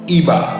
Iba